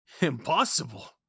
impossible